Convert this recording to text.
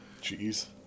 Cheese